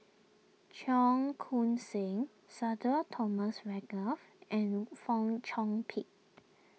Cheong Koon Seng Sudhir Thomas Vadaketh and Fong Chong Pik